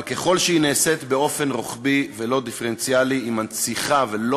אבל ככל שהיא נעשית באופן רוחבי ולא דיפרנציאלי היא מנציחה ולא